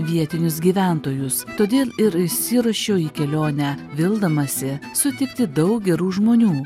vietinius gyventojus todėl ir išsiruošiau į kelionę vildamasi sutikti daug gerų žmonių